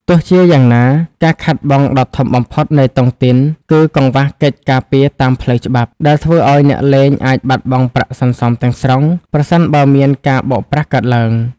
ទោះជាយ៉ាងណា ការខាតបង់ដ៏ធំបំផុតនៃតុងទីនគឺ "កង្វះកិច្ចការពារតាមផ្លូវច្បាប់" ដែលធ្វើឱ្យអ្នកលេងអាចបាត់បង់ប្រាក់សន្សំទាំងស្រុង ប្រសិនបើមានការបោកប្រាស់កើតឡើង។